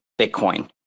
Bitcoin